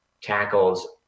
tackles